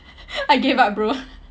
I gave up bro